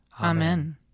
Amen